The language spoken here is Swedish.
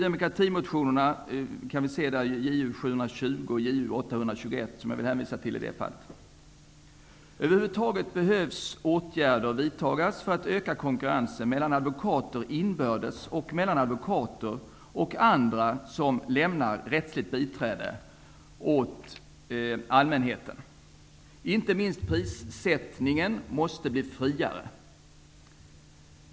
Jag vill i det här fallet hänvisa till Ny demokratis motioner Över huvud taget behöver åtgärder vidtas för att öka konkurrensen mellan advokater inbördes och mellan advokater och andra som lämnar rättsligt biträde åt allmänheten. Inte minst prissättningen måste bli friare.